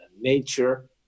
nature